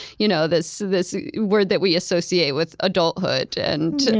you know this this word that we associate with adulthood and